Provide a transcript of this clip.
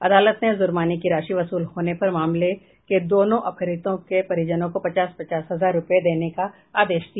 अदालत ने जुर्माने की राशि वसूल होने पर मामले के दोनों अपहृतों के परिजनों को पचास पचास हजार रुपये दिये जाने का आदेश दिया